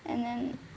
and then